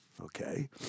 okay